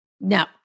No